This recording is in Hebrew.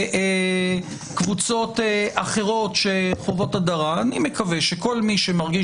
של קבוצות אחרות שחוות הדרה אני מקווה שכל מי שמרגיש